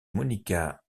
monica